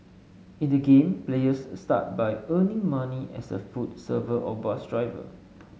in the game players start by earning money as a food server or bus driver